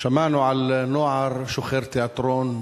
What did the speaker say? שמענו על נוער שוחר תיאטרון,